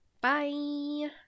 Bye